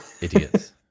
Idiots